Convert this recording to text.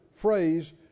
phrase